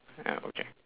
ya okay